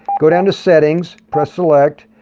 go down to settings, press select,